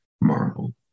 Marvel